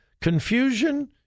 Confusion